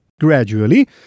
Gradually